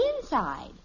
inside